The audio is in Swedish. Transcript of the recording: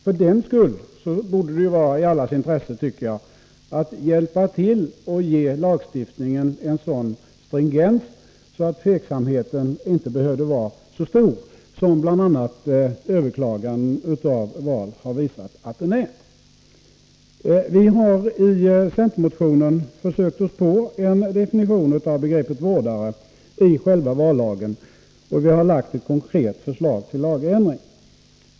För den skull tycker jag att det borde ligga i allas intresse att hjälpa till att ge lagstiftningen en stringens som gör att tveksamheten inte blir så stor som bl.a. överklaganden av val har visat att den är. Vi har i centermotionen försökt oss på en definition av begreppet vårdare i själva vallagen, och vi har lagt fram ett konkret förslag till lagändring.